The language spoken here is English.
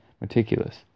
meticulous